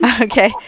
Okay